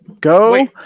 Go